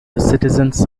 citizens